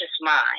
mind